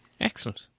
Excellent